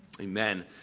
Amen